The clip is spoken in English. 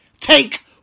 Take